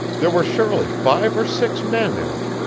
there were surely five or six men in it.